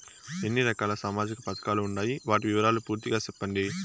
ఎన్ని రకాల సామాజిక పథకాలు ఉండాయి? వాటి వివరాలు పూర్తిగా సెప్పండి?